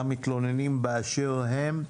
גם מתלוננים באשר הם,